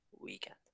weekend